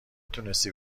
تونستی